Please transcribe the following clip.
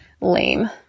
lame